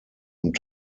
und